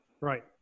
Right